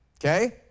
okay